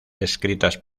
escritas